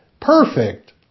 perfect